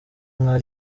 nka